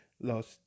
Lost